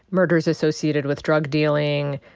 murders associated with drug dealing,